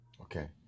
Okay